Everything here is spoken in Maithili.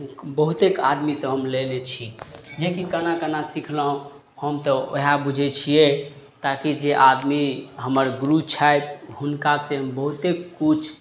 बहुतेक आदमीसँ हम लेने छी जेकि केना केना सिखलहुँ हम तऽ वएह बुझय छियै ताकि जे आदमी हमर गुरु छथि हुनकासँ हम बहुतेक किछु